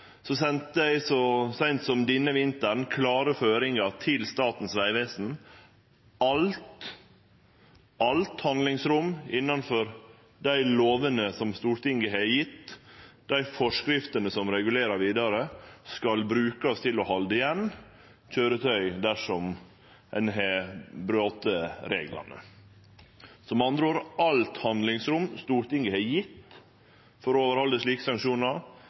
så seint som denne vinteren klare føringar til Statens vegvesen om at alt handlingsrom – innanfor dei lovene som Stortinget har gjeve, dei forskriftene som regulerer vidare – skal brukast til å halde igjen køyretøy dersom ein har brote reglane. Så med andre ord: Alt handlingsrom som Stortinget har gjeve for å overhalde slike sanksjonar,